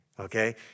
Okay